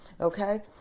okay